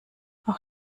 auch